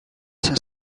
saint